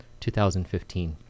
2015